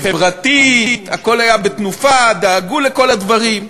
חברתית, הכול היה בתנופה, דאגו לכל הדברים,